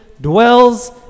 Dwells